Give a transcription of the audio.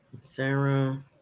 Sarah